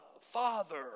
Father